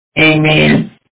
Amen